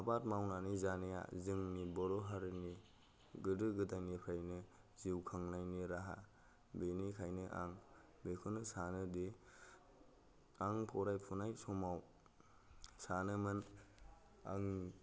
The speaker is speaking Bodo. आबाद मावनानै जानाया जोंनि बर' हारिनि गोदो गोदायनिफ्रायनो जिउ खांनायनि राहा बेनिखायनो आं बेखौनो सानोदि आं फरायफुनाय समाव सानोमोन आं